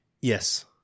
Yes